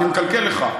אני מקלקל לך.